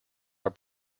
are